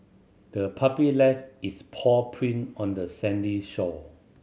the puppy left its paw print on the sandy shore